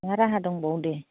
मा राहा दंबावो दे